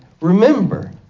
remember